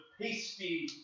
pasty